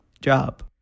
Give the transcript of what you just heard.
job